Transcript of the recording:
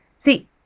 See